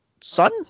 son